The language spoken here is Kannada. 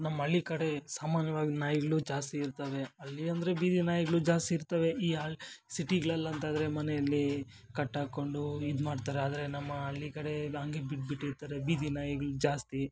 ನಮ್ಮ ಹಳ್ಳಿ ಕಡೆ ಸಾಮಾನ್ಯವಾಗಿ ನಾಯಿಗಳು ಜಾಸ್ತಿ ಇರ್ತವೆ ಹಳ್ಳಿ ಅಂದರೆ ಬೀದಿ ನಾಯಿಗಳು ಜಾಸ್ತಿ ಇರ್ತವೆ ಈ ಅ ಸಿಟಿಗ್ಳಲ್ಲಂತಾದ್ರೆ ಮನೆಯಲ್ಲಿ ಕಟ್ಟಾಕೊಂಡು ಇದ್ಮಾಡ್ತಾರೆ ಆದರೆ ನಮ್ಮ ಹಳ್ಳಿ ಕಡೆಯೆಲ್ಲ ಹಂಗೆ ಬಿಟ್ಬಿಟ್ಟಿರ್ತಾರೆ ಬೀದಿ ನಾಯಿಗ್ಳು ಜಾಸ್ತಿ